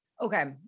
Okay